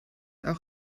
auch